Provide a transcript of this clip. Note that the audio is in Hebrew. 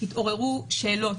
התעוררו שאלות,